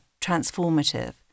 transformative